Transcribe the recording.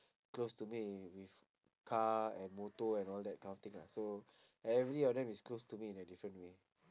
close to me with car and motor and all that kind of thing lah so every of them is close to me in a different way